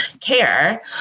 care